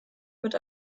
mit